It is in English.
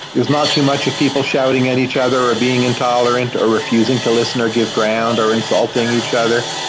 there's not too much of people shouting at each other, or being intolerant, or refusing to listen, or give ground, or insulting each other.